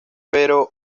pero